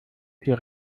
tür